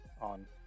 on